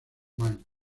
mike